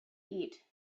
eat